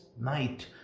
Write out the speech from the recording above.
night